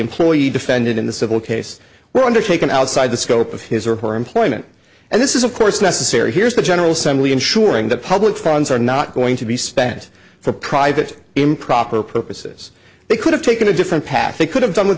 employee defendant in the civil case were undertaken outside the scope of his or her employment and this is of course necessary here is the general simply ensuring that public funds are not going to be spent for private improper purposes they could have taken a different path they could have done what